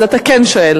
אז אתה כן שואל.